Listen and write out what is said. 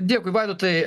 dėkui vaidotai